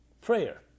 Prayer